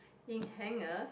in hangers